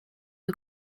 you